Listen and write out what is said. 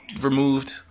removed